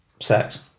sex